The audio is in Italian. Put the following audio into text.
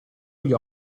gli